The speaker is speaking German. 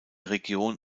region